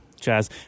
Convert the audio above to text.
Chaz